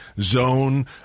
zone